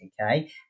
okay